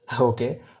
okay